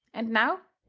and now,